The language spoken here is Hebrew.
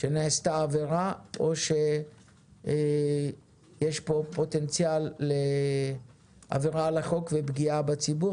שנעשתה עבירה או שיש פה פוטנציאל לעבירה על החוק ופגיעה בציבור,